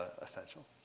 essential